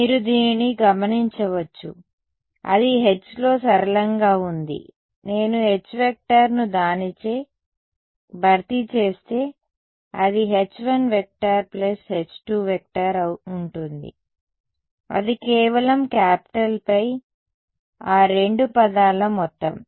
మీరు దీనిని గమనించవచ్చు అది H లో సరళంగా ఉంది నేను H ను దానిచే భర్తీ చేస్తే అది H1 H2 ఉంటుంది అది కేవలం క్యాపిటల్ ఫై ఆ రెండు పదాల మొత్తం